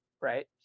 right